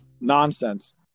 nonsense